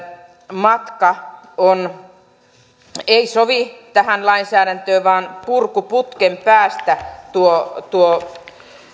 matka ei sovi tähän lainsäädäntöön vaan purkuputken päästä tuo tuo